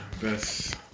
best